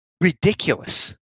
ridiculous